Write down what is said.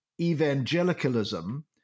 evangelicalism